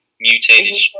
mutated